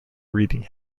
reading